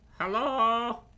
Hello